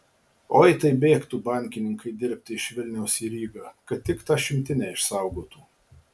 oi tai bėgtų bankininkai dirbti iš vilniaus į rygą kad tik tą šimtinę išsaugotų